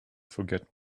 forget